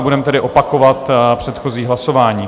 Budeme tedy opakovat předchozí hlasování.